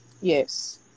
Yes